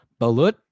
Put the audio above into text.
balut